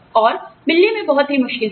और मिलने में बहुत ही मुश्किल थी